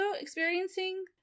experiencing